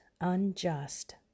unjust